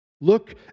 Look